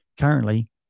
currently